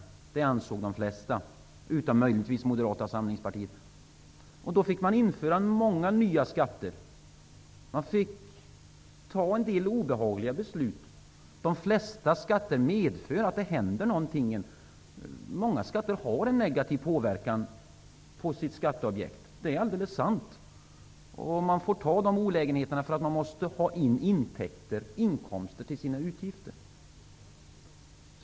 Det ansåg de flesta, utom möjligtvis Moderata samlingspartiet. Då fick man införa många nya skatter. Man fick fatta en del obehagliga beslut. De flesta skatter medför att det händer någonting. Många skatter har en negativ verkan på sitt skatteobjekt, det är alldeles klart. Man får ta olägenheterna därför att man måste ha inkomster till sina utgifter.